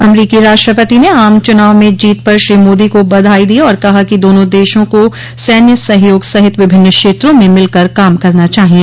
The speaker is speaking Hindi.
अमरीकी राष्ट्रपति ने आम चुनाव में जीत पर श्री मोदी को बधाई दी और कहा कि दोनों देशों को सैन्य सहयोग सहित विभिन्न क्षेत्रों में मिलकर काम करना चाहिए